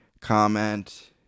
comment